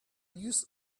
use